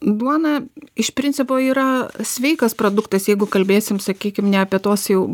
duona iš principo yra sveikas produktas jeigu kalbėsim sakykim ne apie tuos jau